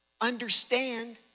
understand